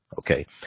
Okay